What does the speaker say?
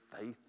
faith